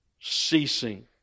ceasing